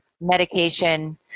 medication